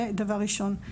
זה דבר ראשון.